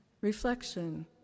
Reflection